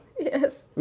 Yes